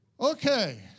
Okay